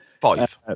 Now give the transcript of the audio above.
Five